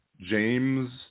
James